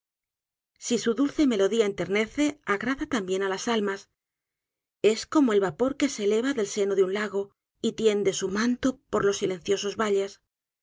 si su dulce melodía enternece agrada también á las almas es como el vapor que se eleva del seno de un lago y tiende su manto por los silenciosos valles